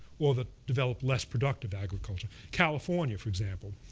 or that developed less productive agriculture. california, for example,